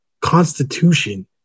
constitution